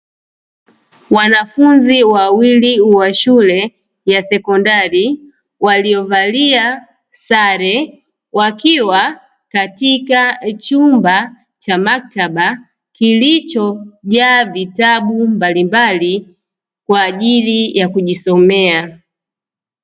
Wanafunzi wawili wa shule ya sekondari waliovalia sare, wakiwa katika chumba cha maktaba, kilichojaa vitabu mbalimbali kwa ajili ya kujisomea.